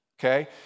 okay